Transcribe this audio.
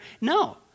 No